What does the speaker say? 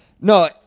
No